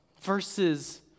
versus